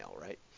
right